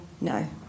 No